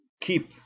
keep